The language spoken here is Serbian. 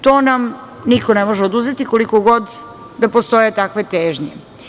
To nam niko ne može oduzeti koliko god da postoje takve težnje.